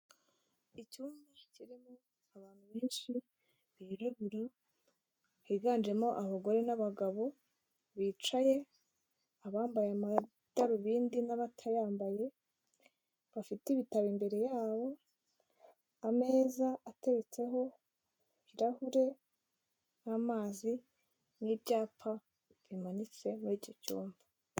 Icyumba kirimo abantu benshi birabura higanjemo abagore n'abagabo, bicaye, bambaye amadarubindi n'abatayambaye bafite ibitaro imbere yabo, ameza atetseho ibirahure n'amazi n'ibyapa bimanitse muri icyo cyumba.